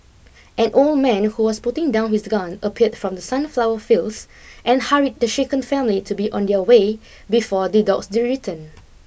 an old man who was putting down his gun appeared from the sunflower fields and hurried the shaken family to be on their way before the dogs return